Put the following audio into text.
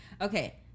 Okay